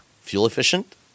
fuel-efficient